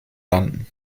landen